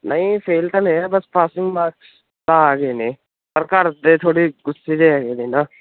ਨਹੀਂ ਫੇਲ ਤਾਂ ਨਹੀਂ ਆ ਬਸ ਪਾਸਿੰਗ ਮਾਕਸ ਤਾਂ ਆ ਗਏ ਨੇ ਪਰ ਘਰ ਦੇ ਥੋੜ੍ਹੀ ਗੁੱਸੇ ਦੇ ਹੈਗੇ ਨੇ ਨਾ